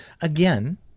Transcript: again